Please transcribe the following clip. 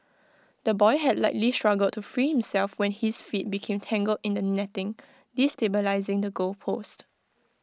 the boy had likely struggled to free himself when his feet became tangled in the netting destabilising the goal post